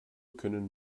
können